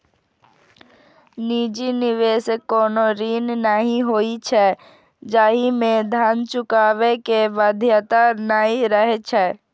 निजी निवेश कोनो ऋण नहि होइ छै, जाहि मे धन चुकाबै के बाध्यता नै रहै छै